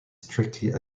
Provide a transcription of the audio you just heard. strictly